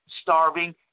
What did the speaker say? starving